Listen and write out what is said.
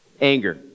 anger